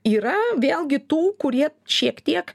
yra vėlgi tų kurie šiek tiek